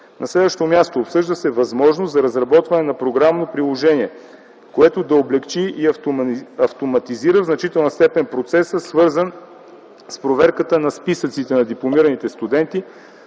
На следващо място, обсъжда се възможност за разработване на програмно приложение, което да облекчи и автоматизира в значителна степен процеса, свързан с проверката на списъците на дипломираните студенти